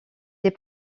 des